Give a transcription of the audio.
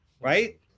right